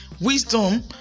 wisdom